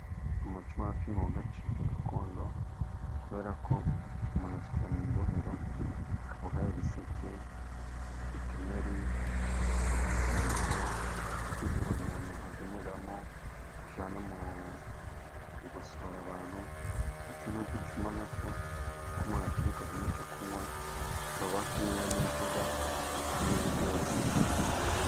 Umuco wacu ntugacike gakondo kubera ko umuntu akijya mu ibohero akaboha ibiseke, udutemeri, udutete byo kugira ngo umuntu age agemuriramo, ajyana gusura abantu, ndetse n'uducuma na two, kuko umuntu yatubikagamo icyo kunywa, bakaba batunyweramo inzoga n'ibindi byose.